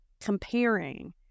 Comparing